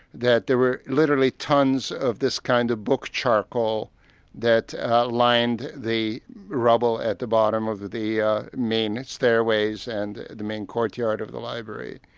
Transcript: that there were literally tons of this kind of book charcoal that lined the rubble at the bottom of the the ah main stairways and the main courtyard of the library.